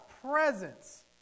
presence